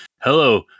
hello